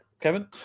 Kevin